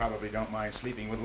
probably don't mind sleeping with